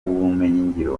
ubumenyingiro